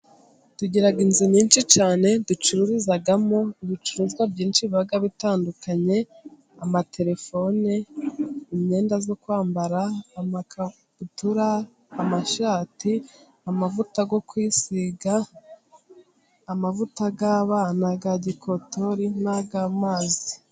Tugiraga inzu nyinshi cyane ducururizamo ibicuruzwa byinshi biba bitandukanye, amatelefone, imyenda yo kwambara, amakabutura, amashati, amavuta yo kwisiga, amavuta y'abana ya gikotori n'ay'amazi.